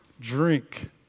drink